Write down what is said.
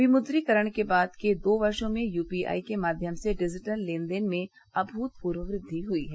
विमुद्रीकरण के बाद के दो बर्षो में यूपी आई के माध्यम से डिजिटल लेन देन में अभूतपूर्व वृद्धि हुई है